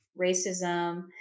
racism